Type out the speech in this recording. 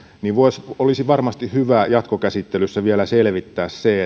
niin olisi varmasti hyvä jatkokäsittelyssä vielä selvittää se